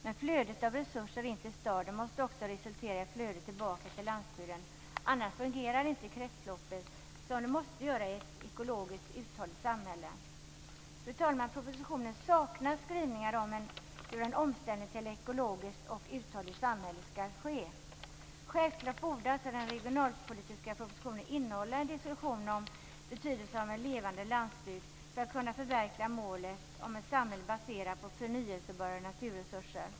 Men flödet av resurser in till staden måste också resultera i ett flöde tillbaka till landsbygden. Annars fungerar inte kretsloppet som det måste göra i ett ekologiskt uthålligt samhälle. Fru talman! Propositionen saknar skrivningar om hur en omställning till ett ekologiskt och uthålligt samhälle skall ske. Självklart borde den regionalpolitiska propositionen innehålla en diskussion om betydelsen av en levande landsbygd för att kunna förverkliga målet om ett samhälle baserat på förnyelsebara naturresurser.